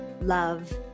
love